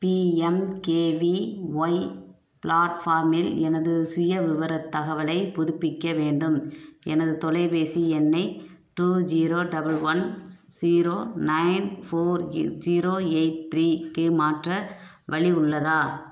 PMKVY ப்ளாட்ஃபார்மில் எனது சுயவிவரத் தகவலைப் புதுப்பிக்க வேண்டும் எனது தொலைபேசி எண்ணை two zero double one zero nine four zero eight த்ரீக்கி மாற்ற வழி உள்ளதா